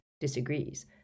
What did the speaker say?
disagrees